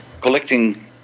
collecting